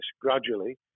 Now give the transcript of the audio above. gradually